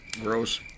gross